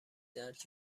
درک